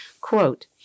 Quote